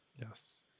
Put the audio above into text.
Yes